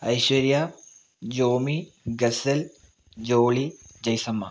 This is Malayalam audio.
ഐശ്വര്യ ജോമി ഗസ്സൽ ജോളി ജെയ്സമ്മ